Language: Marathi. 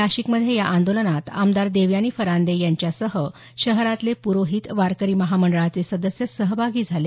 नाशिकमधे या आंदोलनात आमदार देवयानी फरांदे यांच्यासह शहरातले पुरोहित वारकरी महामंडळाचे सदस्य सहभागी झाले